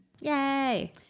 Yay